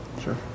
Sure